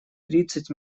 тридцать